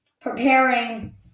preparing